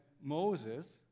Moses